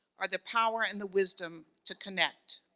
are the power and the wisdom to connect,